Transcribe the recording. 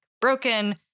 broken